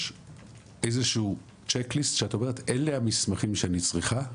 יש איזשהו צ'ק ליסט שאת אומרת שאלו המסמכים שאני צריכה?